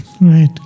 Right